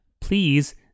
Please